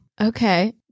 Okay